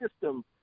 system